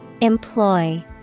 Employ